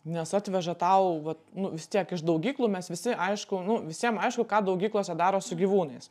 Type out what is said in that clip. nes atveža tau vat nu vis tiek iš daugyklų mes visi aišku nu visiem aišku ką daugyklose daro su gyvūnais